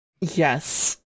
Yes